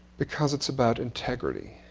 because it's about integrity.